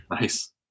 nice